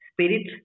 spirit